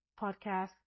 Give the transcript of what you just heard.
podcast